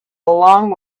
along